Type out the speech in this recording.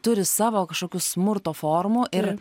turi savo kažkokių smurto formų ir